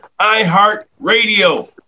iHeartRadio